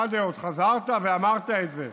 עוד חזרת ואמרת את זה.